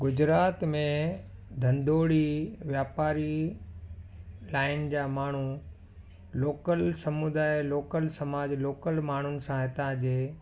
गुजरात में धंदोड़ी वापारी लाइन जा माण्हू लोकल समुदाय लोकल समाज लोकल माण्हुनि सां हितां जे